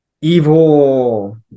evil